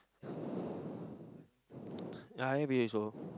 yeah I have this also